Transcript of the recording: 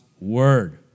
Word